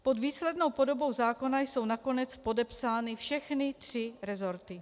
Pod výslednou podobou zákona jsou nakonec podepsány všechny tři resorty.